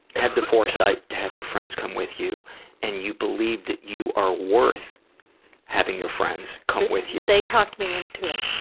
had the foresight to have your friends come with you and you believed that you are worth having your friends come with you. they talked me into it.